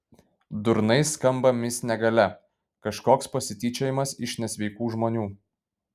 durnai skamba mis negalia kažkoks pasityčiojimas iš nesveikų žmonių